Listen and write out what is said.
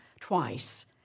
twice